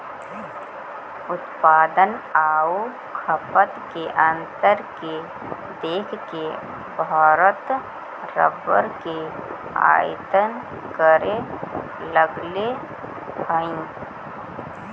उत्पादन आउ खपत के अंतर के देख के भारत रबर के आयात करे लगले हइ